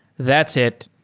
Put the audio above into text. that's it.